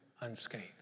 unscathed